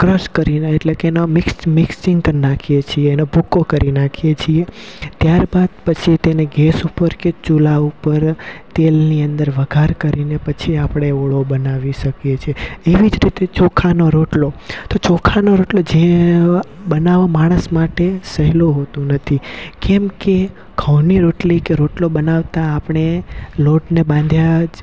crush કરીને એટલે એનો આમ મિક્સ મિકસિંગ કરી નાખીએ છીએ એનો ભૂકો કરી નાખીએ છીએ ત્યાર પછી તેને ગેસ ઉપર કે ચૂલા ઉપર તેલની અંદર વઘાર કરીને પછી આપણે ઓળો બનાવી શકીએ છીએ એવીજ રીતે ચોખાનો રોટલો તો ચોખાનો રોટલો જે બનાવા માણસ માટે સહેલો હોતો નથી કેમકે ઘઉની રોટલી કે રોટલો બનાવતા આપણે લોટને બાંધ્યાજ